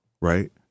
right